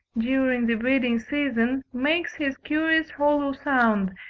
during the breeding-season, makes his curious hollow sound,